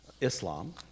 Islam